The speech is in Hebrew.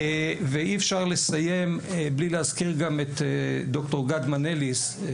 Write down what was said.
אי אפשר לסיים בלי להזכיר גם את ד"ר גד מנליס,